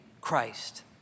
Christ